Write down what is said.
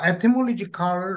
Etymological